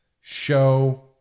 show